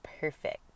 perfect